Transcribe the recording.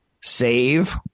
save